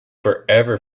forever